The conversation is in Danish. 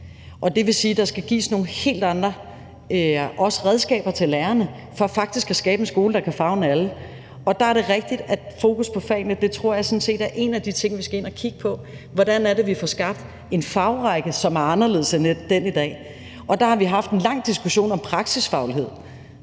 Og det vil sige, at der skal gives nogle helt andre også redskaber til lærerne for faktisk at skabe en skole, der kan favne alle, og der er det rigtigt: Fokus på fagene tror jeg sådan set er en af de ting, vi skal ind at kigge på. Hvordan er det, vi får skabt en fagrække, som er anderledes end den i dag? Der har vi haft en lang diskussion om praksisfaglighed,